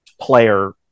player